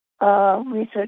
Research